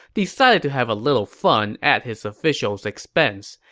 decided to have a little fun at his official's expense.